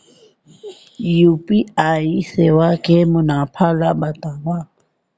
UPI सेवा के मुनाफा ल बतावव?